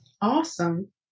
Awesome